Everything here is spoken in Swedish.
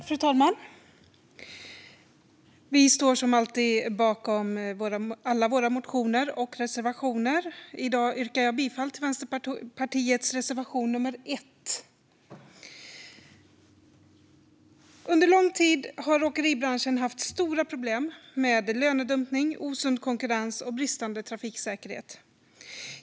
Fru talman! Vi står som alltid bakom alla våra motioner och reservationer. I dag yrkar jag bifall till Vänsterpartiets reservation nummer 1. Under lång tid har åkeribranschen haft stora problem med lönedumpning, osund konkurrens och bristande trafiksäkerhet.